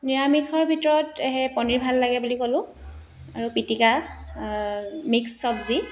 নিৰামিষৰ ভিতৰত সেই পনীৰ ভাল লাগে বুলি ক'লোঁ আৰু পিটিকা মিক্স চবজি